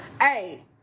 Hey